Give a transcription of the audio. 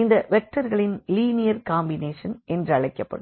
இந்த வெக்டர்களின் linear combination என்றழைக்கப்படும்